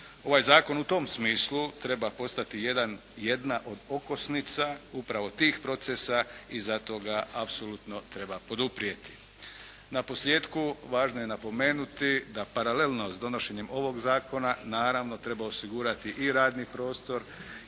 Ovaj zakon u tom smislu, treba postati jedna od okosnica, upravo tih procesa i zato ga apsolutno treba poduprijeti. Na posljetku, važno je napomenuti da paralelno s donošenjem ovog zakona naravno treba osigurati i radni prostor,